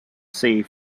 sea